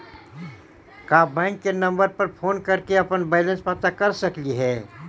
का बैंक के नंबर पर फोन कर के अपन बैलेंस पता कर सकली हे?